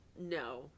no